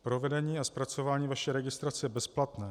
Provedení a zpracování vaší registrace je bezplatné.